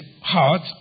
heart